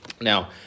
Now